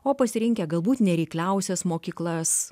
o pasirinkę galbūt nereikliausias mokyklas